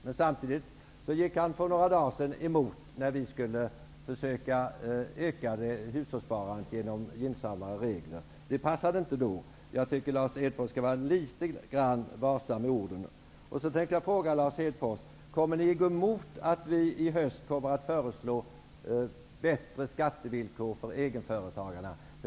Men samtidigt gick han för några dagar sedan emot ett förslag från oss att öka hushållssparandet med gynnsamma regler. Det passade inte. Lars Hedfors skall vara litet varsam med orden. Jag vill också fråga Lars Hedfors: Kommer ni att gå emot att vi i höst kommer att föreslå bättre skattevillkor för de små företagen?